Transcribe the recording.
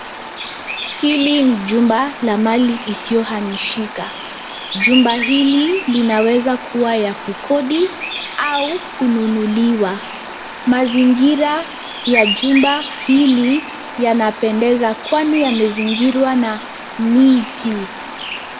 Hili ni jumba la mali isiyohamishika. Jumba hili linaweza kuwa la kukodi au la kununuliwa. Mazingira ya jumba hili ni ya kuvutia, yakiwa na ulinganifu na miti inayopamba eneo hilo